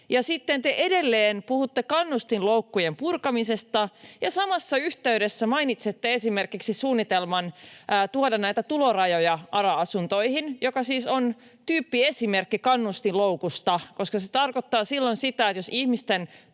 sitten te edelleen puhutte kannustinloukkujen purkamisesta ja samassa yhteydessä mainitsette esimerkiksi suunnitelman tuoda näitä tulorajoja ARA-asuntoihin, mikä siis on tyyppiesimerkki kannustinloukusta, koska se tarkoittaa silloin sitä, että jos ihmisen